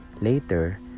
later